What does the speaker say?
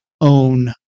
own